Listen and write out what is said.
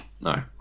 No